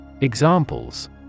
EXAMPLES